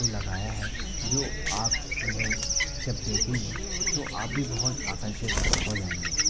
को लगाया है जो आप उन्हें जब देखेंगे तो आप भी बहुत आकर्षित हो जाएँगे